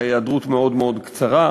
אלא להיעדרות מאוד מאוד קצרה,